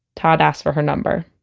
todd asked for her number